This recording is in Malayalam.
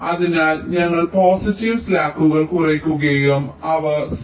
അതിനാൽ ഞങ്ങൾ പോസിറ്റീവ് സ്ലാക്കുകൾ കുറയ്ക്കുകയും അവ 0